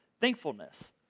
thankfulness